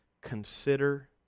consider